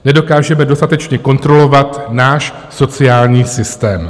Nedokážeme dostatečně kontrolovat náš sociální systém.